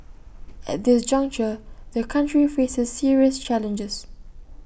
at this juncture the country faces serious challenges